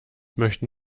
möchten